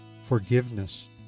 Forgiveness